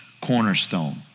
cornerstone